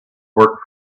work